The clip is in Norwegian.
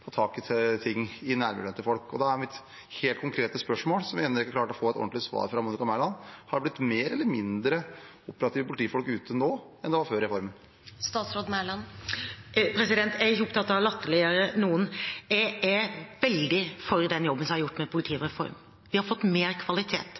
ta tak i ting i nærmiljøet til folk. Da er mitt helt konkrete spørsmål, som jeg ennå ikke har klart å få et ordentlig svar på fra Monica Mæland: Har det blitt flere eller færre operative politifolk ute nå enn det var før reformen? Jeg er ikke opptatt av å latterliggjøre noen. Jeg er veldig for den jobben som er gjort med